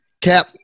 cap